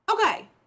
Okay